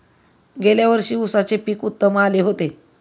गेल्या वर्षी उसाचे पीक उत्तम आले होते